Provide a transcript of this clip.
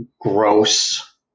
gross